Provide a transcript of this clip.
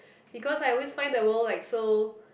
because I always find the world like so